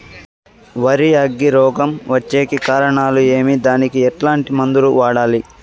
వరి అగ్గి రోగం వచ్చేకి కారణాలు ఏమి దానికి ఎట్లాంటి మందులు వాడాలి?